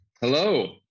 Hello